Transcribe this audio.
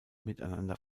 miteinander